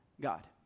god